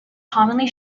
commonly